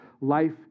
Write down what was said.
life